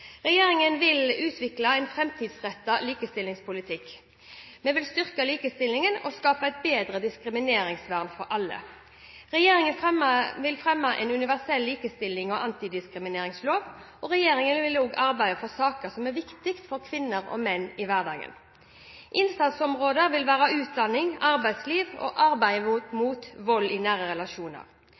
Regjeringen vil utvikle en framtidsrettet likestillingspolitikk. Vi vil styrke likestillingen og skape et bedre diskrimineringsvern for alle. Regjeringen vil fremme en universell likestillings- og antidiskrimineringslov. Regjeringen vil òg arbeide for saker som er viktige for kvinner og menn i hverdagen. Innsatsområder vil være utdanning, arbeidsliv og arbeidet mot vold i nære relasjoner.